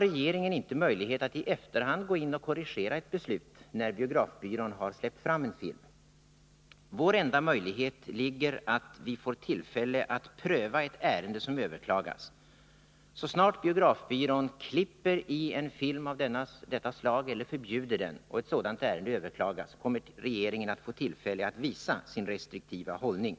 Regeringen har inte möjlighet att i efterhand gå in och korrigera ett beslut, när biografbyrån har släppt fram en film. Vår enda möjlighet ligger i att vi får tillfälle att pröva ett ärende som överklagas. Så snart biografbyrån klipper i en film av detta slag eller förbjuder den och ett sådant ärende överklagas, kommer regeringen att få tillfälle att visa sin restriktiva hållning.